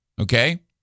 okay